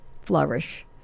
flourish